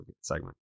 segment